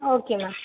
okay ma'am